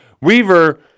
Weaver